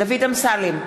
דוד אמסלם,